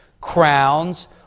crowns